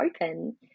open